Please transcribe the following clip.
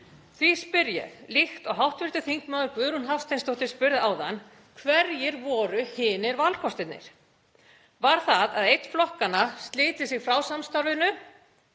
Því spyr ég, líkt og hv. þm. Guðrún Hafsteinsdóttir spurði áðan: Hverjir voru hinir valkostirnir? Var það að einn flokkanna sliti sig frá samstarfinu?